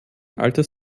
altes